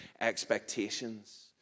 expectations